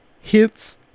Hits